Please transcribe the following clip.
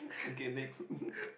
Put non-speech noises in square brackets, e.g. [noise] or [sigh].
okay next [laughs]